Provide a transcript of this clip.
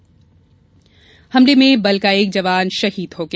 जिसमें बल का एक जवान शहीद हो गया